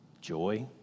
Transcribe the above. joy